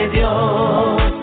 Dios